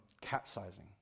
capsizing